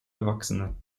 erwachsene